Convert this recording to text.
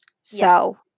So-